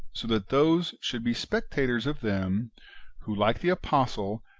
so that those should be spectators of them who, like the apostle,